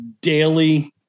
daily